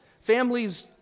Families